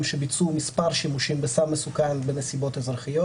שביצעו מספר שימושים בסם מסוכן במסיבות אזרחיות.